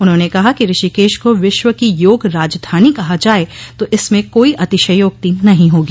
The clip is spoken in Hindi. उन्होंने कहा कि ऋषिकेश को विश्व की योग राजधानी कहा जाए तो इसमें कोई अतिश्योक्ति नहीं होगी